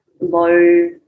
low